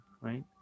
right